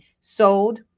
sold